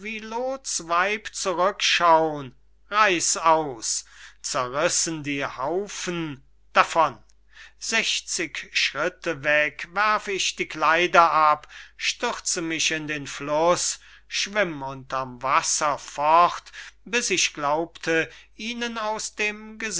weib zurückschaun reißaus zerrissen die haufen davon sechzig schritte weg werf ich die kleider ab stürze mich in den fluß schwimm unter'm wasser fort bis ich glaubte ihnen aus dem